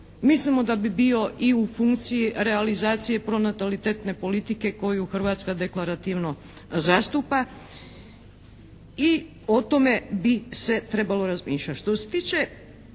mislimo da bi bio i u funkciji realizacije pronatalitetne politike koju Hrvatska deklarativno zastupa i o tome bi se trebalo razmišljati.